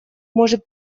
может